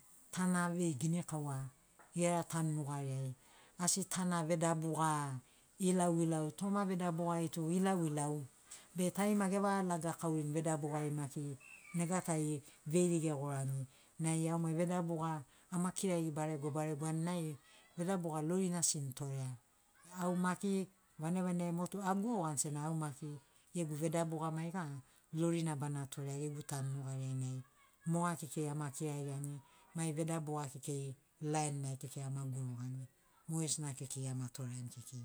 Tana vei ginikaua gera tanu nugariai asi tana vedabuga ilauilau toma vedabugari tu ilauilau be tarima evagalagakaurini vedabugari maki nega tari veiri gegorani nai au mai vedabuga ama kirari barego baregoani nai vadabuga lorina sini torea au maki vanagi vanagi motu aguruani sena au maki gegu vedabuga maiga lorina bana torea gegu tanu nugariai nai moga kekei ama kiragiani mai debabuga kekei lain nai kekei ama gurugani mogesina kekei ama toreani kekei